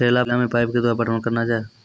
करेला मे पाइप के द्वारा पटवन करना जाए?